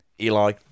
Eli